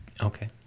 Okay